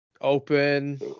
open